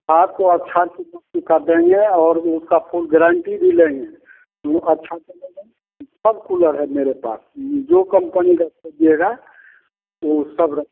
आपको अच्छा कीमत में कर देंगे और जो उसका फूल ग्रेंटी भी लेंगे अच्छा से सब कूलर है मेरे पास जो कंपनी का कहिएगा वो सब रखे